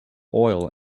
oil